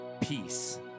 peace